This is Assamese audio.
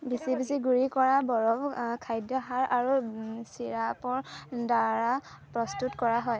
বিচি বিচি গুৰি কৰা বৰফ খাদ্যসাৰ আৰু ছিৰাপৰদ্বাৰা প্ৰস্তুত কৰা হয়